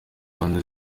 rwanda